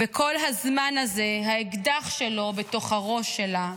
"וכל הזמן הזה האקדח שלו בתוך הראש שלה".